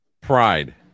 pride